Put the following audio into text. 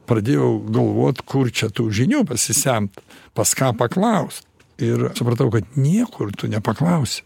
pradėjau galvot kur čia tų žinių pasisemt pas ką paklaust ir supratau kad niekur tu nepaklausi